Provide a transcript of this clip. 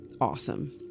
awesome